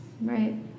Right